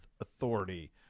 Authority